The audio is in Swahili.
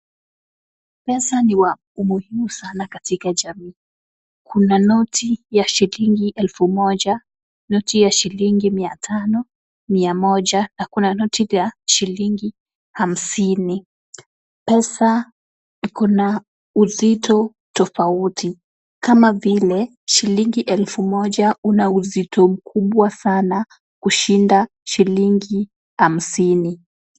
Pesa ni ya umuhimu sana katika jamii. Kuna noti ya shilingi elfu moja , noti ya shilingi mia tano, mia moja na kuna noti ile ya shilingi hamsini. Pesa iko na uzito tofauti kama vile shilingi elfu moja ina uzito mkubwa sana kushinda shilingi hamsini.